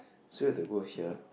so you have to go here